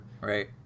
Right